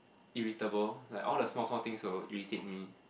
irritable like all the small small things will irritate me